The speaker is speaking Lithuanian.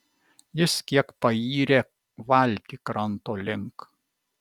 jis kiek payrė valtį kranto link